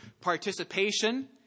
Participation